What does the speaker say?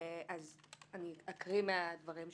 אקריא מדברי היועץ: